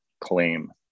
claim